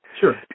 Sure